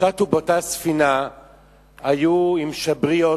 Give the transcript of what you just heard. אלה ששטו באותה הספינה היו עם שבריות,